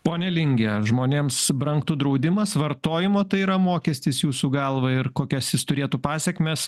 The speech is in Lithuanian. ponia linge ar žmonėms brangtų draudimas vartojimo tai yra mokestis jūsų galva ir kokias jis turėtų pasekmes